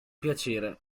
piacere